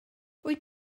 wyt